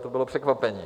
To bylo překvapení!